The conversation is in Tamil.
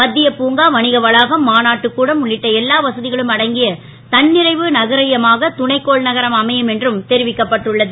மத் ய புங்கா வணிகவளாகம் மாநாட்டுக் கூடம் உள்ளிட்ட எல்லா வச களும் அடங்கிய தன் றைவு நகரியமாக துணைக் கோள் நகரம் அமையும் என்றும் தெரிவிக்கப்பட்டுள்ளது